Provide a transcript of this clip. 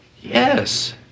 Yes